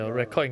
ya